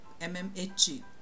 mmHg